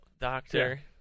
Doctor